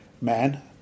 man